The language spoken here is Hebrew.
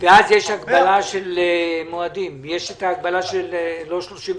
ואז יש הגבלה של לא 36 חודשים.